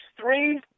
three